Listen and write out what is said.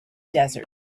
desert